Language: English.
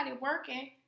working